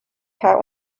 cat